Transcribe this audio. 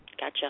Gotcha